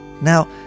Now